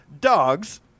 dogs